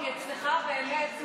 כי אצלך באמת,